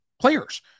players